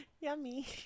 Yummy